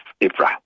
April